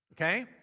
okay